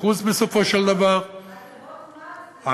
כ-4.5% בסופו של דבר, אנחנו,